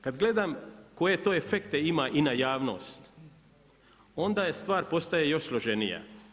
Kada gledam koje to efekte ima i na javnost, onda stvar postaje još složenija.